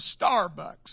Starbucks